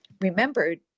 remembered